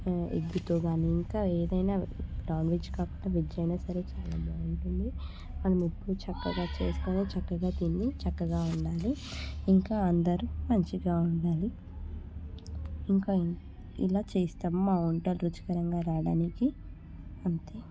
ఎగ్గుతో కానీ ఇంకా ఏదైనా నాన్ వెజ్ కాకపోతే వెజ్ అయినా సరే చాలా బాగుంటుంది మనం ఎప్పుడూ చక్కగా చేస్తాము చక్కగా తిని చక్కగా ఉండాలి ఇంకా అందరూ మంచిగా ఉండాలి ఇంకా ఇలా చేస్తాము మా వంటలు రుచికరంగా రావడానికి అంతే